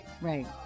Right